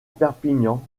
perpignan